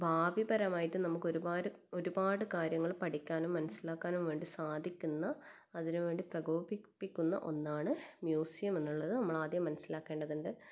ഭാവിപരമായിട്ടും നമുക്ക് ഒരുപാട് ഒരുപാട് കാര്യങ്ങൾ പഠിക്കാനും മനസ്സിലാക്കാനും വേണ്ടി സാധിക്കുന്ന അതിനു വേണ്ടി പ്രകോപിപ്പിക്കുന്ന ഒന്നാണ് മ്യൂസിയം എന്നുള്ളത് നമ്മൾ ആദ്യം മനസ്സിലാക്കേണ്ടതുണ്ട്